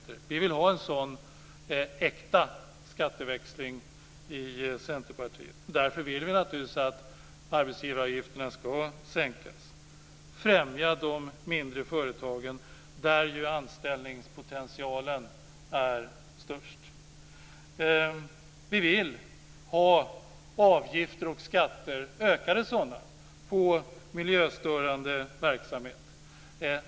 Vi i Centerpartiet vill ha en sådan äkta skatteväxling, och därför vill vi naturligtvis att arbetsgivaravgifterna ska sänkas. Vi vill främja de mindre företagen, där anställningspotentialen är störst. Vi vill ha ökade avgifter och skatter på miljöstörande verksamhet.